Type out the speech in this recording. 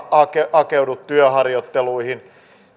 hakeudu työharjoitteluihin